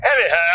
Anyhow